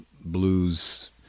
blues